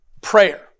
prayer